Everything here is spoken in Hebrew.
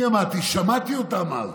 אני עמדתי, שמעתי אותם אז.